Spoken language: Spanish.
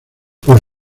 por